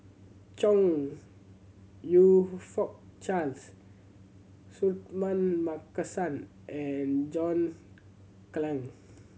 Chong You Fook Charles Suratman Markasan and John Clang